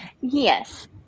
Yes